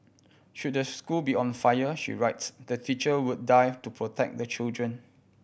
should the school be on fire she writes the teacher would die to protect the children